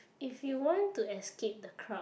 if you want to escape the crowd